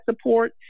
support